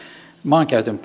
maankäytön